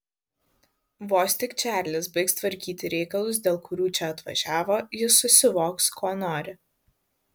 vos tik čarlis baigs tvarkyti reikalus dėl kurių čia atvažiavo jis susivoks ko nori